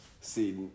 See